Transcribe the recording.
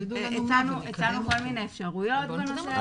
הצענו כל מיני אפשרויות בנושא הזה.